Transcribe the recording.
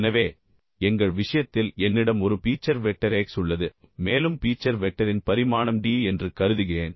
எனவே எங்கள் விஷயத்தில் என்னிடம் ஒரு பீச்சர் வெக்டர் x உள்ளது மேலும் பீச்சர் வெக்டரின் பரிமாணம் d என்று கருதுகிறேன்